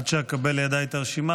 את הרשימה,